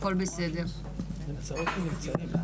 נמצאות ונמצאים.